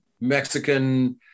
mexican